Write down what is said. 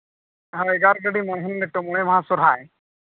ᱦᱳᱭ ᱡᱟᱨ ᱡᱚᱱᱱᱚ ᱱᱤᱛᱚᱜ ᱢᱚᱬᱮ ᱢᱟᱦᱟ ᱥᱚᱨᱦᱟᱭ